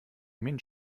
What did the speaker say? minh